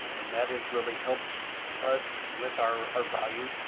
and that has really helped us with our volume.